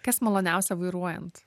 kas maloniausia vairuojant